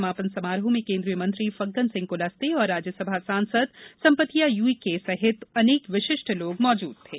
समापन समारोह में केन्द्रीय मंत्री फग्गन सिंह कुलस्ते और राज्यसभा सांसद संपतिया उइके सहित अनेक विशिष्ट लोग मौजूद थे